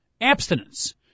abstinence